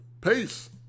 Peace